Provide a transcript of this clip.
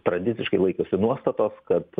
tradiciškai laikosi nuostatos kad